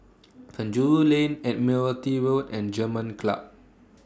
Penjuru Lane Admiralty Road and German Club